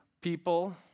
people